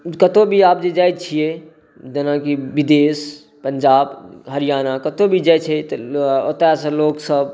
कतौ भी आब जे जाइ छियै जेनाकि विदेश पंजाब हरियाणा कतौ भी जाइ छै तऽ ओतऽ सँ लोकसभ